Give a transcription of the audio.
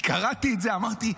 קראתי את זה ואמרתי,